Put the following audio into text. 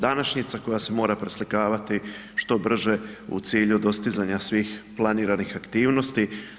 Današnjica koja se mora preslikavati što brže u cilju dostizanja svih planiranih aktivnosti.